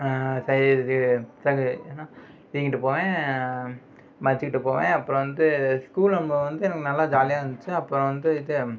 செய்யறது தூக்கிட்டு போவேன் மறைச்சிக்கிட்டு போவேன் அப்புறம் வந்து ஸ்கூல் நம்ப வந்து நம்ம நல்லா ஜாலியாக இருந்துச்சு அப்போ வந்து இது